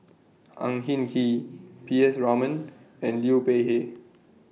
Ang Hin Kee P S Raman and Liu Peihe